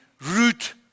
root